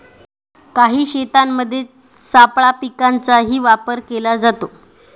काही शेतांमध्ये सापळा पिकांचाही वापर केला जातो